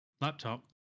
laptop